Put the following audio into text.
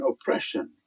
oppression